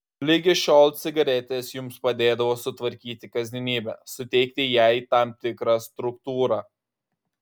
ligi šiol cigaretės jums padėdavo sutvarkyti kasdienybę suteikti jai tam tikrą struktūrą